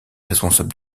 responsable